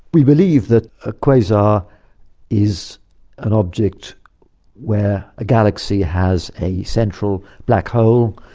we believe that a quasar is an object where a galaxy has a central black hole,